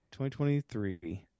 2023